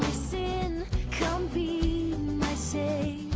sin come be my savior,